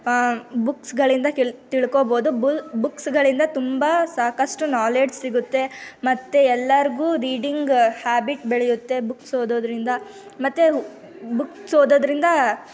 ಬುಕ್ಸ್ಗಳಿಂದ ತಿಳ್ ತಿಳ್ಕೊಬೋದು ಬೂಲ್ ಬುಕ್ಸ್ಗಳಿಂದ ತುಂಬ ಸಾಕಷ್ಟು ನಾಲೆಡ್ಜ್ ಸಿಗುತ್ತೆ ಮತ್ತು ಎಲ್ಲರಿಗೂ ರೀಡಿಂಗ್ ಹ್ಯಾಬಿಟ್ ಬೆಳೆಯುತ್ತೆ ಬುಕ್ಸ್ ಓದೋದ್ರಿಂದ ಮತ್ತು ಬುಕ್ಸ್ ಓದೋದ್ರಿಂದ